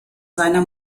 seiner